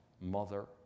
mother